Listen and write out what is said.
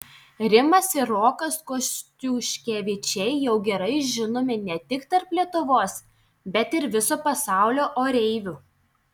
rimas ir rokas kostiuškevičiai jau gerai žinomi ne tik tarp lietuvos bet ir viso pasaulio oreivių